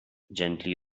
gently